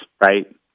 right